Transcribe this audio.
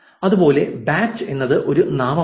അതുപോലെ ബാച്ച് എന്നത് ഒരു നാമമാണ്